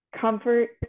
comfort